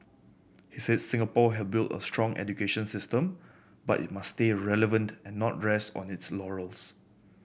he said Singapore had built a strong education system but it must stay relevant and not rest on its laurels